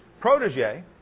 protege